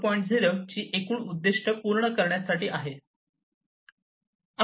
0 ची एकूण उद्दिष्टे पूर्ण करण्यासाठी आहे